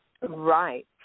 Right